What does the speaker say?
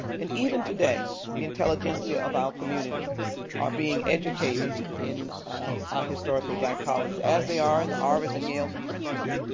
and even today the intelligentsia of our community are being educated in historically black colleges as they are in the harvards, and yales, and princetons.